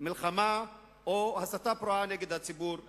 מלחמה או הסתה פרועה נגד הציבור הערבי.